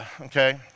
okay